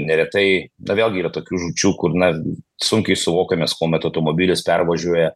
neretai na vėlgi yra tokių žūčių kur na sunkiai suvokiamas kuomet automobilis pervažiuoja